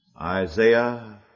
Isaiah